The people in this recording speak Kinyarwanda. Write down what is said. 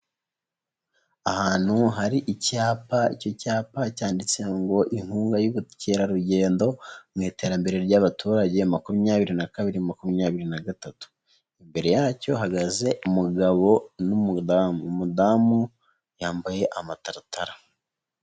Ahantu hari icyapa icyo cyapa cyanditse ngo inkunga y'ubukerarugendo mu iterambere ry'abaturage makumyabiri na kabiri makumyabiri na gatatu, imbere yacyo hahagaze umugabo n'umudamu umudamu yambaye amataratara.